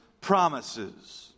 promises